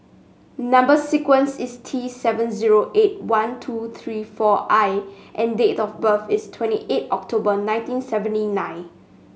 number sequence is T seven zero eight one two three four I and date of birth is twenty eight October nineteen seventy nine